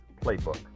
playbook